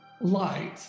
light